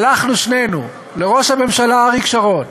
הלכנו שנינו לראש הממשלה אריק שרון,